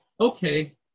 okay